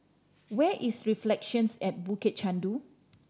where is Reflections at Bukit Chandu